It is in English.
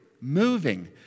moving